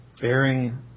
bearing